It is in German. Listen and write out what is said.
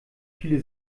viele